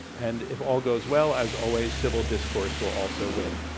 and if all goes well, as always, civil discourse will also win.